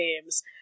games